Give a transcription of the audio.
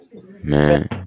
Man